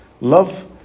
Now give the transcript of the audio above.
love